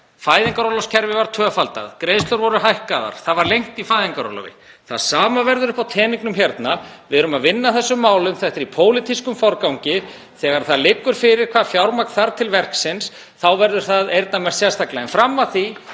Fæðingarorlofskerfið var tvöfaldað, greiðslur voru hækkaðar, það var lengt í fæðingarorlofi. Það sama verður upp á teningnum hér. Við erum að vinna að þessum málum. Þetta er í pólitískum forgangi. Þegar það liggur fyrir hvaða fjármagn þarf til verksins verður það eyrnamerkt sérstaklega. En fram að því